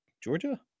Georgia